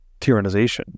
tyrannization